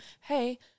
hey